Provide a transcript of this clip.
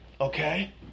Okay